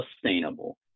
sustainable